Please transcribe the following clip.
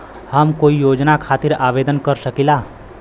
हम कोई योजना खातिर आवेदन कर सकीला?